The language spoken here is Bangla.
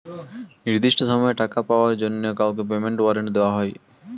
নির্দিষ্ট সময়ে টাকা পাওয়ার জন্য কাউকে পেমেন্ট ওয়ারেন্ট দেওয়া হয়